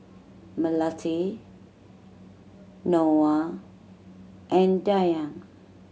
Melati Noah and Dayang